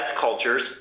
cultures